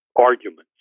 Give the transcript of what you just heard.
arguments